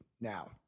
Now